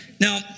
Now